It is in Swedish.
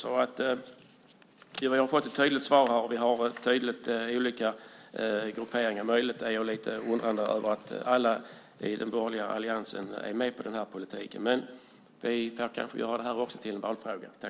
Jag har fått ett tydligt svar. Vi har tydligt olika grupperingar. Möjligen är jag lite undrande över att alla i den borgerliga alliansen är med på den här politiken. Men vi kanske kan göra även detta till en valfråga.